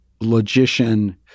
logician